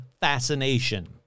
fascination